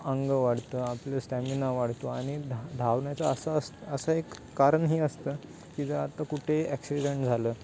अंग वाढतं आपलं स्टॅमिना वाढतो आणि धा धावण्याचा असा असं एक कारणही असतं की जर आता कुठे ॲक्सिडेंट झालं